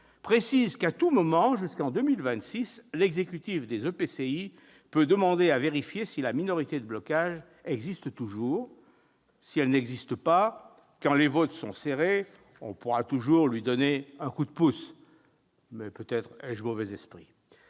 précise qu'à tout moment jusqu'en 2026 l'exécutif des EPCI peut demander à vérifier si la minorité de blocage existe toujours. Si elle n'existe pas, quand les votes sont serrés, on pourra toujours lui donner un coup de pouce. Mais peut-être ai-je mauvais esprit